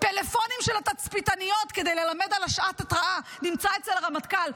טלפונים של התצפיתניות כדי ללמד על שעת ההתרעה נמצאים אצל הרמטכ"ל,